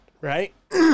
right